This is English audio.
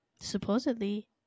Supposedly